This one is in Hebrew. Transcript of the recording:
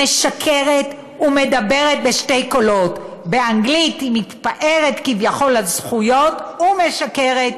משקרת ומדברת בשני קולות: באנגלית היא מתפארת כביכול בזכויות ומשקרת,